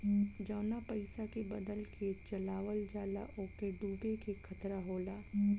जवना पइसा के बदल के चलावल जाला ओके डूबे के खतरा होला